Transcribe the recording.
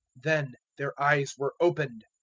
then their eyes were opened.